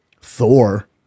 Thor